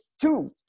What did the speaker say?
two